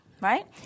right